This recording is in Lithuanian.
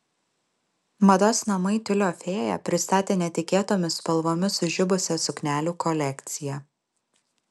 mados namai tiulio fėja pristatė netikėtomis spalvomis sužibusią suknelių kolekciją